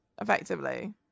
effectively